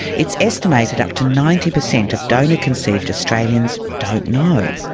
it's estimated up to ninety percent of donor-conceived australians don't know.